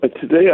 today